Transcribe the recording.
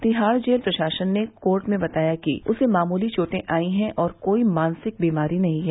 Tihar jail प्रशासन ने court में बताया कि उसे मामूली चोटें आई हैं और कोई मानसिक बीमारी नहीं हैं